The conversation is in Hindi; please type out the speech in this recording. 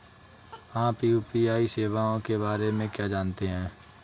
आप यू.पी.आई सेवाओं के बारे में क्या जानते हैं?